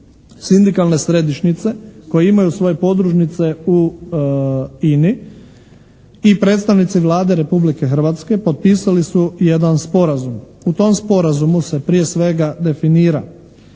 sindikalne središnjice koje imaju svoje podružnice u INA-i i predstavnici Vlade Republike Hrvatske potpisali su jedan sporazum. U tom sporazumu se prije svega definira